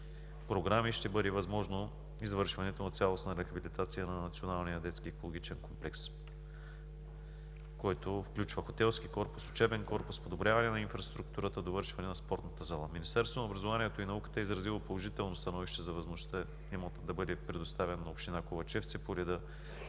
програми ще бъде възможно извършването на цялостна рехабилитация на Националния детски екологичен комплекс, който включва хотелски корпус, учебен корпус, подобряване на инфраструктурата, довършване на спортната зала. Министерството на образованието и науката е изразило положително становище за възможността имотът да бъде предоставен на община Ковачевци по реда,